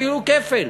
אפילו כפל.